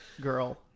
girl